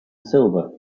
silver